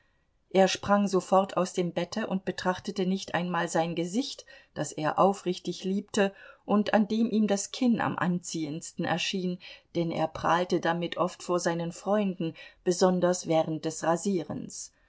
er sprang sofort aus dem bette und betrachtete nicht einmal sein gesicht das er aufrichtig liebte und an dem ihm das kinn am anziehendsten erschien denn er prahlte damit oft vor seinen freunden besonders während des rasierens